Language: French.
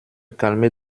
calmer